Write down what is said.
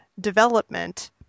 development